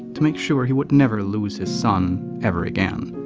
to make sure he would never lose his son, ever again.